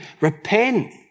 repent